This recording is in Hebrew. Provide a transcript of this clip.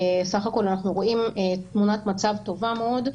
סך הכול אנחנו רואים תמונת מצב טובה מאוד.